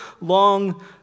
long